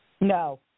No